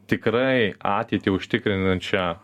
tikrai ateitį užtikrinančią